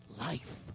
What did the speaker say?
Life